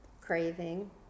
craving